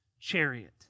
chariot